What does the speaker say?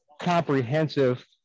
comprehensive